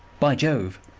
by jove,